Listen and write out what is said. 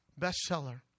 Bestseller